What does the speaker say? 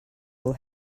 will